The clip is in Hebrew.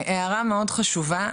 הערה מאוד חשובה,